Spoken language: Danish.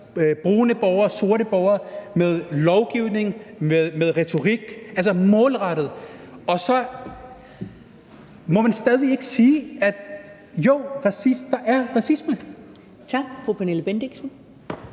brune borgere, sorte borgere med lovgivning og med retorik, målrettet. Og så må man stadig ikke sige, at jo, der er racisme.